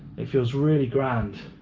it feels really grand,